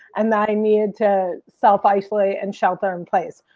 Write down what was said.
and that i needed to self isolate and shelter in place.